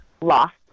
lost